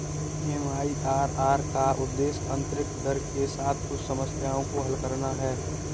MIRR का उद्देश्य आंतरिक दर के साथ कुछ समस्याओं को हल करना है